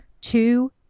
two